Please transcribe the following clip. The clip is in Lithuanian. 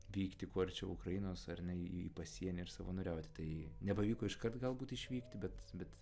vykti kuo arčiau ukrainos ar ne į į pasienį ir savanoriauti tai nepavyko iškart galbūt išvykti bet bet